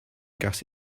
gas